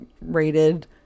rated